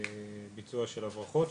ביצוע של הברחות,